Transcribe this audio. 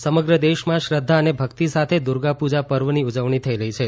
દુર્ગા પુજા સમગ્ર દેશમાં શ્રધ્ધા અને ભકિત સાથે દુર્ગાપુજા પર્વની ઉજવણી થઇ રહી છે